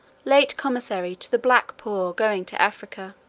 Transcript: late commissary to the black poor going to africa.